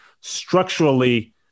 structurally